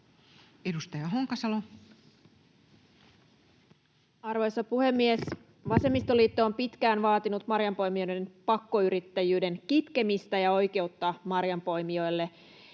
Edustaja Honkasalo. Arvoisa puhemies! Vasemmistoliitto on pitkään vaatinut marjanpoimijoiden pakkoyrittäjyyden kitkemistä ja oikeutta marjanpoimijoille.